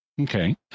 Okay